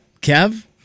Kev